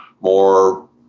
more